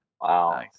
Wow